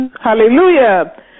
Hallelujah